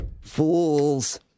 Fools